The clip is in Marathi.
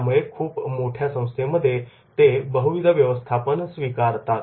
त्यामुळे खूप मोठ्या संस्थेमध्ये ते बहुविध व्यवस्थापन स्वीकारतात